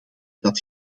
dat